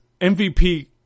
MVP